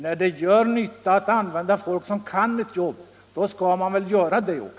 När man gör påvisbar nytta med att använda människor som kan sitt jobb, så skall man väl utnyttja dem!